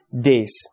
days